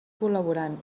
col·laborant